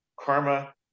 karma